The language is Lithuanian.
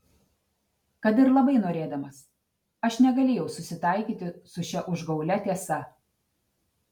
kad ir labai norėdamas aš negalėjau susitaikyti su šia užgaulia tiesa